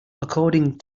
according